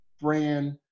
brand